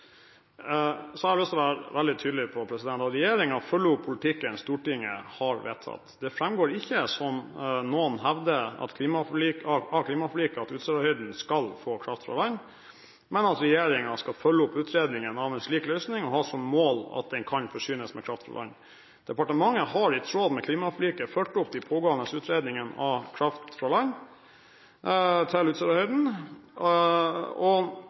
Så har jeg lyst til å være veldig tydelig på at regjeringen følger opp politikken Stortinget har vedtatt. Det framgår ikke, som noen hevder, av klimaforliket at Utsirahøyden skal få kraft fra land, men at regjeringen skal følge opp utredningen av en slik løsning og ha som mål at den kan forsynes med kraft fra land. Departementet har i tråd med klimaforliket fulgt opp de pågående utredningene av kraft fra land til